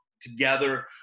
together